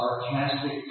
sarcastic